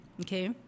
okay